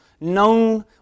known